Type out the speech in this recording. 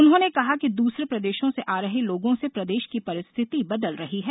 उन्होंने कहा कि दूसरे प्रदेशों से आ रहे लोगों से प्रदेश की परिस्थिति बदल रही हैं